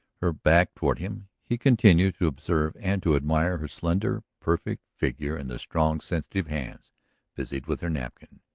her back toward him, he continued to observe and to admire her slender, perfect figure and the strong, sensitive hands busied with her napkin.